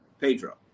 Pedro